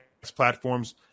platforms